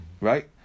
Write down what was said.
Right